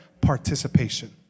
participation